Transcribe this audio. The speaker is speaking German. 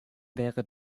wäre